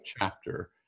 chapter